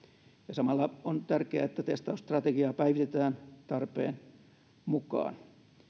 samalla on tärkeää että testausstrategiaa päivitetään tarpeen mukaan